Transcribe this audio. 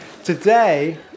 Today